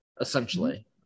essentially